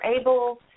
able